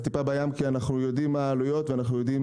זה טיפה בים כי אנחנו יודעים מה העלויות ואנחנו יודעים